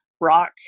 rock